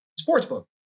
Sportsbook